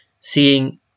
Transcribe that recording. seeing